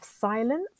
silence